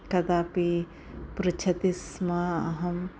कदापि पृच्छामि स्म अहं